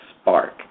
spark